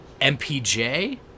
MPJ